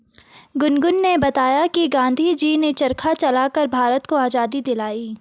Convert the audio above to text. गुनगुन ने बताया कि गांधी जी ने चरखा चलाकर भारत को आजादी दिलाई